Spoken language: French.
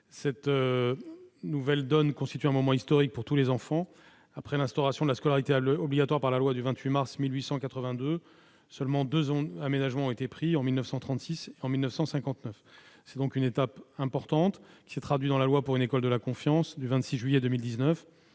Cette nouvelle donne constitue un moment historique pour tous les enfants. En effet, après l'instauration de la scolarité obligatoire par la loi du 28 mars 1882, seulement deux aménagements ont été pris : en 1936 et en 1959. Cette étape importante s'est traduite dans la loi du 26 juillet 2019